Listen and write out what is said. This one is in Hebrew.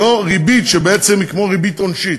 ולא ריבית שבעצם היא כמו ריבית עונשית.